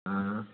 हाँ